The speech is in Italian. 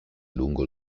lungo